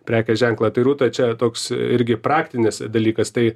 prekės ženklą tai rūta čia toks irgi praktinis dalykas tai